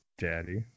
daddy